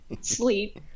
Sleep